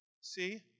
See